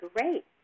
great